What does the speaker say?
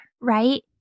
right